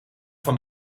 van